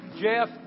Jeff